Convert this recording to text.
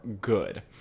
good